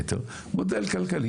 אני גר ברובע היהודי.